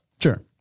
Sure